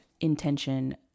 intention